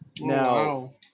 Now